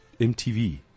MTV